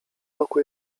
roku